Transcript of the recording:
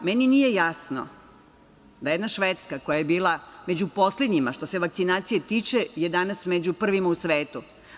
Meni nije jasno da jedna Švedska koja je bila među poslednjima što se vakcinacija tiče je danas među prvima u svetu.